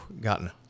gotten